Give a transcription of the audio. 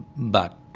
but